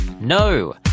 No